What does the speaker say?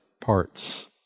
parts